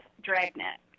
Dragnet